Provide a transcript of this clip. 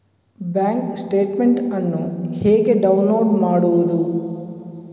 Bank statement ಅನ್ನು ಹೇಗೆ download ಮಾಡುವುದು?